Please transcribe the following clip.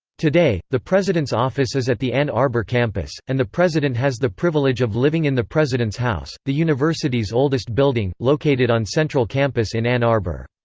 today, the president's office is at the ann arbor campus, and the president has the privilege of living in the president's house, the university's oldest building, located on central campus in ann arbor.